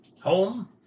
Home